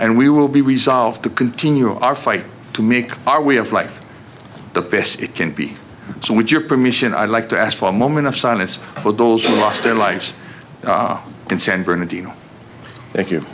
and we will be resolved to continue our fight to make our way of life the best it can be so with your permission i'd like to ask for a moment of silence for those lost their lives in san bernardino thank you